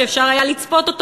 שאפשר היה לצפות אותו,